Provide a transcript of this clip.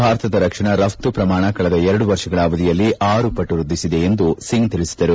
ಭಾರತದ ರಕ್ಷಣಾ ರಫ್ತು ಪ್ರಮಾಣ ಕಳೆದ ಎರಡು ವರ್ಷಗಳ ಅವಧಿಯಲ್ಲಿ ಆರು ಪಟ್ಟು ವೃದ್ದಿಸಿದೆ ಎಂದು ಸಿಂಗ್ ತಿಳಿಸಿದರು